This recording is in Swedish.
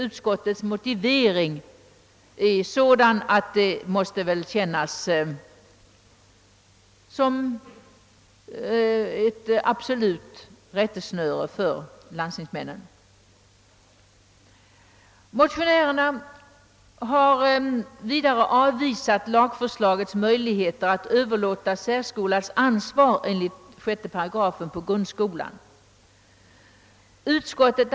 Utskottets motivering är sådan, att den måste bli ett absolut rättesnöre för landstingsmännen. Motionärerna har vidare yrkat, att den formulering i lagförslaget, som ger möjligheter att överlåta särskolans ansvar enligt 6 § på grundskolan, skall utgå.